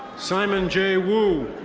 simon j. woo.